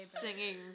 singing